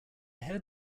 heard